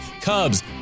Cubs